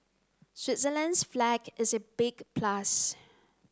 Switzerland's flag is a big plus